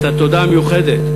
את התודה המיוחדת.